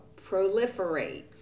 proliferate